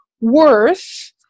worth